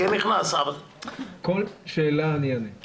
כן נכנס --- כל שאלה אני אענה.